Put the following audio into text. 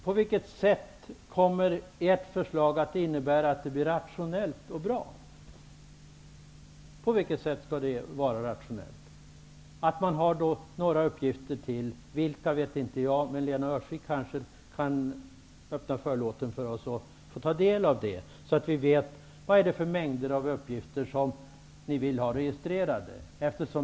På vilket sätt kommer ert förslag att innebära att det blir rationellt och bra att ha några uppgifter till -- vilka vet inte jag, men Lena Öhrsvik kan kanske öppna på förlåten så att vi får ta del av informationen? Vi måste ju veta vilka alla de många uppgifter är som ni vill ha registrerade.